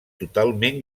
totalment